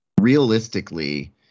realistically